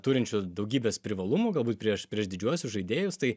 turinčių daugybės privalumų galbūt prieš prieš didžiuosius žaidėjus tai